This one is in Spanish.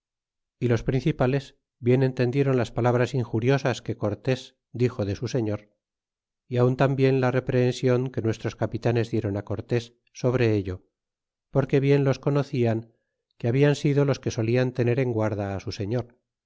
y los principales bien entendieron las palabras injuriosas que cortés dixo de su señor y aun tambien la reprehension que nuestros capitanes diéron cortés sobre ello porque bien los conocían que habian sido los que solian tener en guarda su señor